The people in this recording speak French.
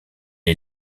est